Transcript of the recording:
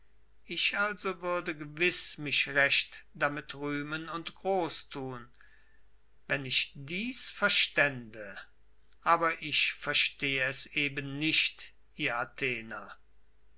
ich also würde gewiß mich recht damit rühmen und großtun wenn ich dies verstände aber ich verstehe es eben nicht ihr athener